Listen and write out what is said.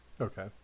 Okay